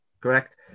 Correct